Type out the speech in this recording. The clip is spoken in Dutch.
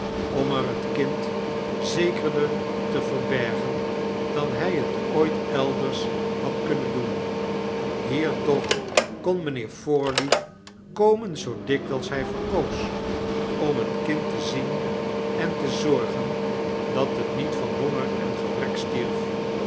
er het kind zekerder te verbergen dan hij het ooit elders had kunnen doen hier toch kon mijnheer forley komen zoo dikwijls hij verkoos om het kind te zien en te zorgen dat het niet van honger en gebrek stierf